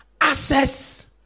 access